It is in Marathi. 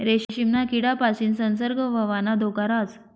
रेशीमना किडापासीन संसर्ग होवाना धोका राहस